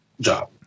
job